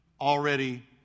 already